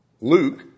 Luke